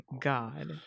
God